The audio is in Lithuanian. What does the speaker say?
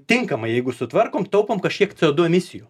tinkamai jeigu sutvarkom taupom kažkiek tų emisijų